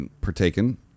partaken